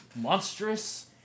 Monstrous